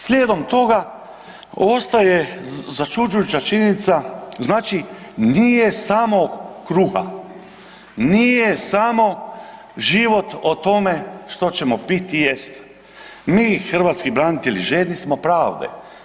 Slijedom toga ostaje začuđujuća činjenica znači nije samo kruha, nije samo život o tome što ćemo pit i jest, mi hrvatski branitelji željni smo pravde.